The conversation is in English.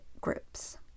groups